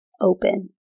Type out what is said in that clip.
open